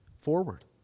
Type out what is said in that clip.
forward